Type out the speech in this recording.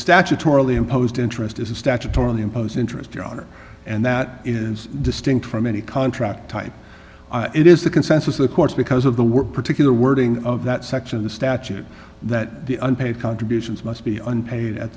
statutorily imposed interest is a statutory imposed interest your honor and that is distinct from any contract type it is the consensus of course because of the work particular wording of that section of the statute that the unpaid contributions must be unpaid at